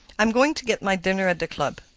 i'm going to get my dinner at the club.